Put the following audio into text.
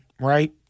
right